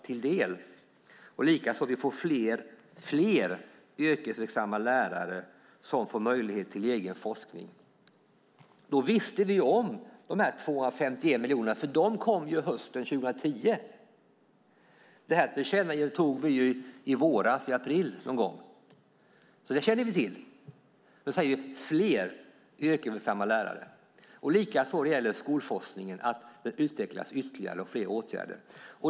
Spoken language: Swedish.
Likaså handlar det om att vi får fler yrkesverksamma lärare som får möjlighet till egen forskning. Då visste vi om de här 251 miljonerna, för de kom hösten 2010. Det här tillkännagivandet antog vi i våras, någon gång i april. Detta kände vi alltså till. Då talade vi om fler yrkesverksamma lärare, och vad gällde skolforskningen handlade det om att den skulle utvecklas ytterligare och att det skulle vara fler åtgärder.